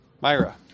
Myra